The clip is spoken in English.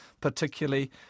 particularly